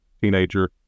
teenager